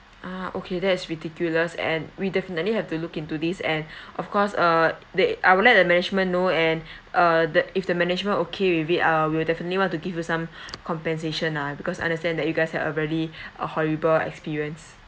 ah okay that's ridiculous and we definitely have to look into this and of course uh the I will let management know and uh the if the management okay with it uh we would definitely want to give you some compensation lah because I understand that you guys had a really uh horrible experience